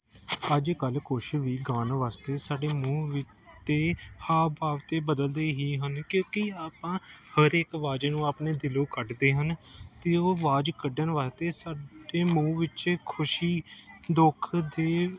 ਅੱਜ ਕੱਲ੍ਹ ਕੁਛ ਵੀ ਗਾਣ ਵਾਸਤੇ ਸਾਡੇ ਮੂੰਹ ਵੀ ਅਤੇ ਹਾਵ ਭਾਵ ਤਾਂ ਬਦਲਦੇ ਹੀ ਹਨ ਕਿਉੰਕਿ ਆਪਾਂ ਹਰ ਇੱਕ ਆਵਾਜ਼ ਨੂੰ ਆਪਣੇ ਦਿਲੋਂ ਕੱਢਦੇ ਹਨ ਅਤੇ ਉਹ ਆਵਾਜ਼ ਕੱਢਣ ਵਾਸਤੇ ਸਾਡੇ ਮੂੰਹ ਵਿੱਚ ਖੁਸ਼ੀ ਦੁੱਖ ਦੇ